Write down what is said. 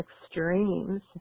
extremes